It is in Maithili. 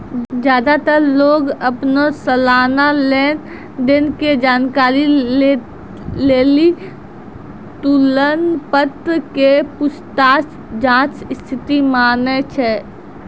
ज्यादातर लोग अपनो सलाना लेन देन के जानकारी लेली तुलन पत्र के पूछताछ जांच स्थिति मानै छै